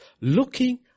Looking